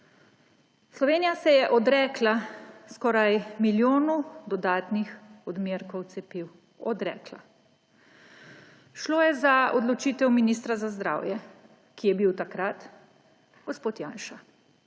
Slovenija se je odrekla skoraj milijonu dodatnih odmerkov cepiv. Odrekla. Šlo je za odločitev ministra za zdravje, ki je bil takrat gospod Janša.